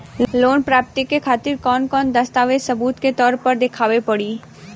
Loan प्राप्ति के खातिर कौन कौन दस्तावेज सबूत के तौर पर देखावे परी?